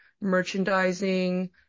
Merchandising